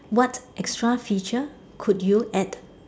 what extra feature could you add